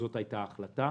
זאת הייתה ההחלטה.